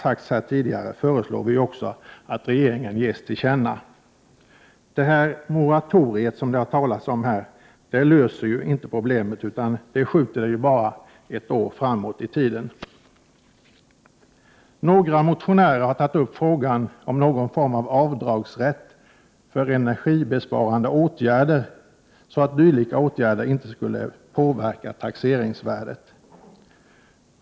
Detta föreslår vi alltså att regeringen ges till känna. Moratoriet, som det har talats om, löser ju inte problemet utan skjuter det bara ett år framåt i tiden. Några motionärer har tagit upp frågan om någon form av rätt till avdrag för energibesparande åtgärder, så att dylika åtgärder inte skulle påverka taxeringsvärdet.